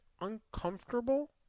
uncomfortable